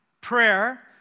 prayer